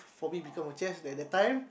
for me become a chef that that time